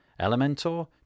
Elementor